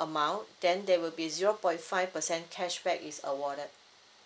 amount then there will be zero point five percent cashback is awarded